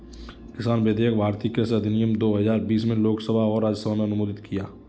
किसान विधेयक भारतीय कृषि अधिनियम दो हजार बीस में लोकसभा और राज्यसभा में अनुमोदित किया